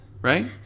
Right